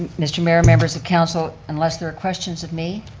mr. mayor, members of council, unless there are questions of me,